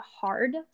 hard